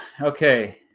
okay